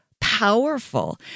powerful